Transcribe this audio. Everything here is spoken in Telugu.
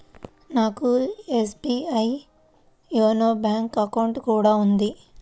నాకు ఎస్బీఐ యోనో బ్యేంకు అకౌంట్ కూడా ఉంది